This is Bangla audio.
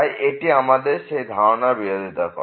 তাই এটি আমাদের সেই ধারণার বিরোধিতা করে